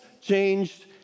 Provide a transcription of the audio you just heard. changed